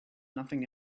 nothing